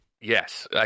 yes